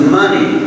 money